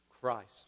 Christ